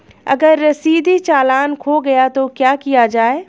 अगर रसीदी चालान खो गया तो क्या किया जाए?